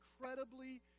incredibly